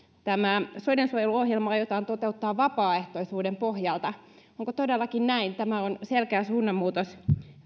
tämä soidensuojeluohjelma aiotaan toteuttaa vapaaehtoisuuden pohjalta onko todellakin näin tämä on selkeä suunnanmuutos